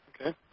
okay